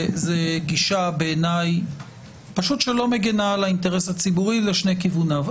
זו גישה בעיניי שלא מגנה על האינטרס הציבורי לשני כיווניו.